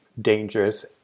dangerous